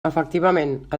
efectivament